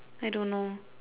I don't know